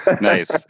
nice